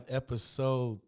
episode